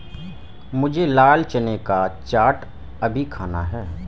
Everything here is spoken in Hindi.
मुझे लाल चने का चाट अभी खाना है